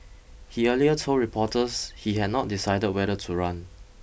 he earlier told reporters he had not decided whether to run